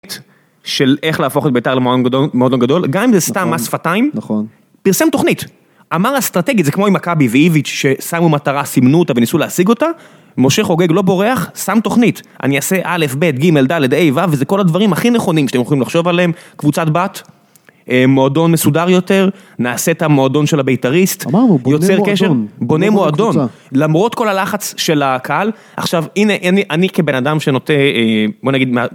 של איך להפוך את ביתר למועדון גדול, גם אם זה סתם אספתיים, פרסם תוכנית. אמר אסטרטגית, זה כמו עם הקאבי ואיביץ' ששמו מטרה, סימנו אותה וניסו להשיג אותה, משה חוגג לא בורח, שם תוכנית, אני אעשה א', ב', ג', ד', ה', ו' וזה כל הדברים הכי נכונים שאתם יכולים לחשוב עליהם, קבוצת בת, מועדון מסודר יותר, נעשה את המועדון של הביתריסט, יוצר קשר, בונה מועדון. למרות כל הלחץ של הקהל, עכשיו הנה אני כבן אדם שנוטה, בואו נגיד.